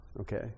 okay